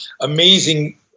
amazing